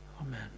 Amen